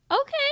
Okay